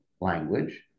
language